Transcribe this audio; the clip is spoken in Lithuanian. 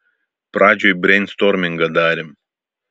pradžioj breinstormingą darėm